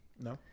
No